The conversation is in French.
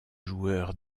joueurs